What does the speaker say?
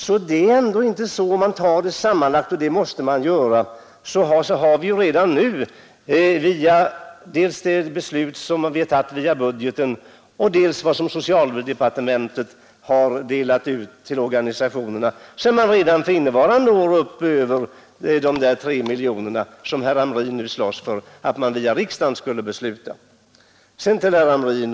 Om man tar det sammanlagda beloppet — och det måste man göra — har vi redan nu genom det beslut som tagits via budgeten och vad socialdepartementet delat ut till organisationerna kommit över de 3 miljoner, som herr Hamrin nu slåss för att riksdagen skall besluta om.